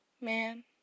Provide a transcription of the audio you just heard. Man